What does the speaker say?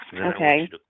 Okay